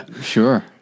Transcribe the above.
Sure